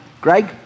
greg